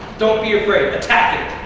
don't be afraid. attack it.